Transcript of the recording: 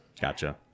Gotcha